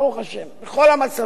ברוך השם, בכל המצבים.